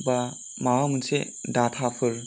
बा माबा मोनसे दाथाफोर